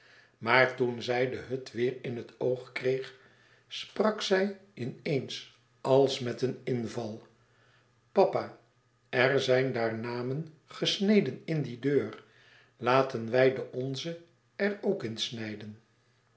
maar toen zij de hut weêr in het oog kreeg sprak zij in eens als met een inval papa er zijn daar namen gesneden in die deur laten wij de onze er ook in snijden